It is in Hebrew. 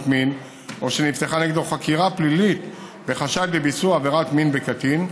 מין או שנפתחה נגדו חקירה פלילית בחשד לביצוע עבירת מין בקטין,